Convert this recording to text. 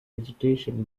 vegetation